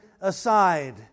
aside